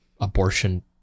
abortion